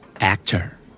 Actor